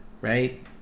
right